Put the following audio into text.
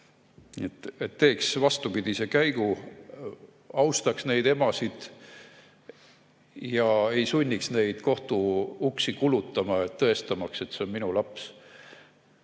Teeks vastupidise käigu, austaks neid emasid ega sunniks neid kohtuuksi kulutama, tõestamaks: see on minu laps.